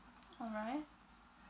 alright